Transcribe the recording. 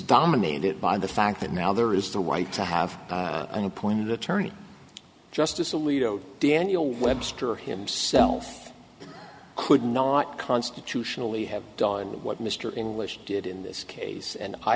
dominated by the fact that now there is the white to have an appointed attorney justice alito daniel webster himself could not constitutionally have done what mr english did in this case and i